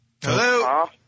Hello